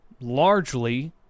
largely